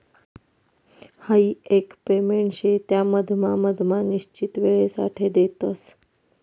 हाई एक पेमेंट शे त्या मधमा मधमा निश्चित वेळसाठे देतस